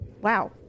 Wow